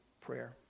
prayer